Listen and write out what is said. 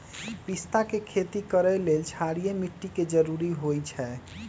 पिस्ता के खेती करय लेल क्षारीय माटी के जरूरी होई छै